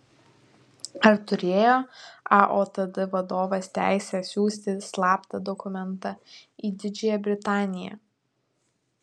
ar turėjo aotd vadovas teisę siųsti slaptą dokumentą į didžiąją britaniją